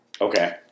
Okay